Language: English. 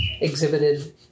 exhibited